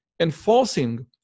enforcing